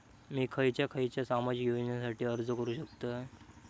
मी खयच्या खयच्या सामाजिक योजनेसाठी अर्ज करू शकतय?